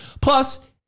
Plus